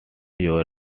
your